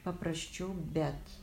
paprasčiau bet